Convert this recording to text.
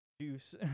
juice